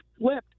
flipped